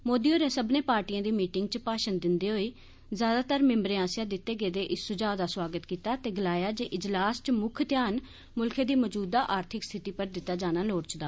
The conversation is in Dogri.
मोदी होरें सब्बने पार्टिएं दी मीटिंग च भाषण दिंदे होई ज्यादातर मिम्बरें आस्सेआ दित्ते गेदे इस सुझा दा सुआगत कीता ते गलाया इजलास च मुक्ख ध्यान मुल्खै दी मौजूदा आर्थिक स्थिति पर दित्ता जाना लोड़चदा